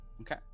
Okay